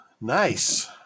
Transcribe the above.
Nice